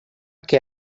que